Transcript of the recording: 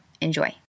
Enjoy